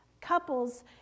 couples